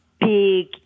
big